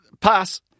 Pass